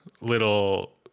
little